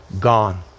gone